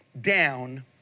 down